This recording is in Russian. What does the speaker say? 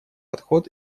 подход